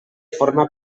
forma